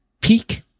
peak